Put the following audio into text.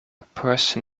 person